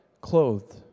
clothed